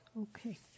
okay